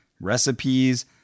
recipes